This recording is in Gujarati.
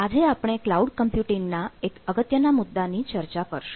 આજે આપણે ક્લાઉડ કમ્પ્યુટિંગ ના એક અગત્યના મુદ્દાની ચર્ચા કરશું